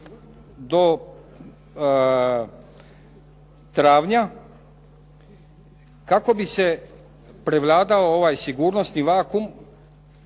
do travnja kako bi se prevladao ovaj sigurnosni vacumm